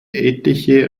etliche